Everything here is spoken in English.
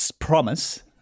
promise